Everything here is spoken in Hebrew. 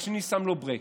השני שם לו ברקס.